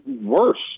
worse